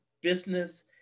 business